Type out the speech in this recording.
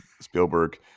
Spielberg